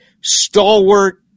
stalwart